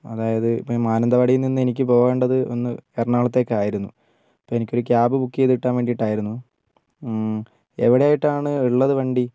അതായത് ഇപ്പം ഞാൻ മാനന്തവാടിയിൽ നിന്ന് എനിക്ക് പോകേണ്ടത് ഒന്ന് എറണാകുളത്തേയ്ക്ക് ആയിരുന്നു അപ്പം എനിക്കൊരു ക്യാബ് ബുക്ക് ചെയ്തു കിട്ടാൻ വേണ്ടിയിട്ടായിരുന്നു എവിടെയായിട്ടാണ് ഉള്ളത് വണ്ടി